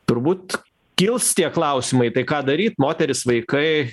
turbūt kils tie klausimai tai ką daryt moterys vaikai